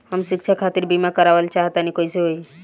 हम शिक्षा खातिर बीमा करावल चाहऽ तनि कइसे होई?